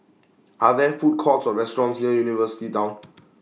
Are There Food Courts Or restaurants near University Town